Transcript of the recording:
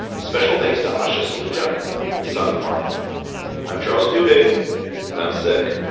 special thanks to ushe soldier and sung park i'm charles duhigg and i'm sick,